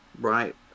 right